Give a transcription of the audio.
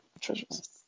treasures